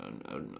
uh uh